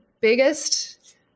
biggest